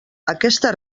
aquestes